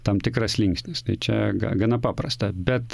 tam tikras linksnis čia ga gana paprasta bet